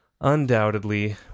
Undoubtedly